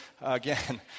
again